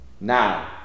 now